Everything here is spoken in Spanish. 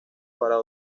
para